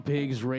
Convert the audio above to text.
Pigs